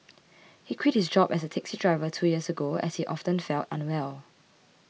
he quit his job as a taxi driver two years ago as he often felt unwell